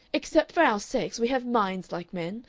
except for our sex we have minds like men,